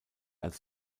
als